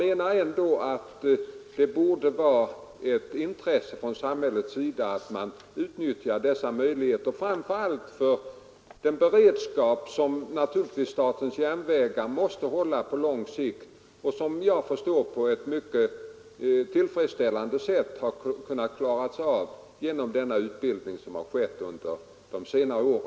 Men jag menar att det bör vara ett samhällsintresse att utnyttja SJ:s möjligheter i det fallet, framför allt med hänsyn till den beredskap som statens järnvägar naturligtvis på lång sikt måste hålla och som jag förstår på ett mycket tillfredsställande sätt har kunnat upprätthållas genom den utbildning som meddelats vid SJ under senare År.